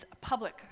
public